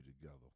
together